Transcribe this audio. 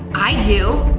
i do.